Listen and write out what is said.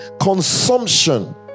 consumption